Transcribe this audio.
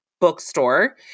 bookstore